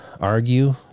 Argue